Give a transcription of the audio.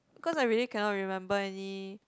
cause I really cannot remember any